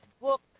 book